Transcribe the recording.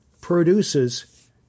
produces